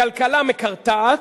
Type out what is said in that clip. הכלכלה מקרטעת,